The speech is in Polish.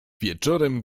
wieczorem